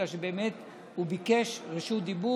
בגלל שבאמת הוא ביקש רשות דיבור.